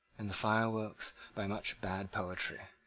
and the fireworks by much bad poetry.